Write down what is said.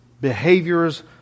behaviors